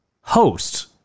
host